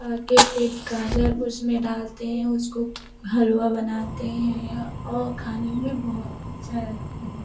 फिर गाजर उसमे डालते हैं उसको हलआ बनाते हैं और खाने में बहुत अच्छा लगता है